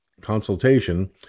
consultation